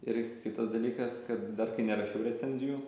ir kitas dalykas kad dar kai nerašiau recenzijų